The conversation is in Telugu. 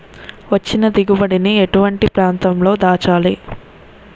వచ్చిన దిగుబడి ని ఎటువంటి ప్రాంతం లో దాచాలి?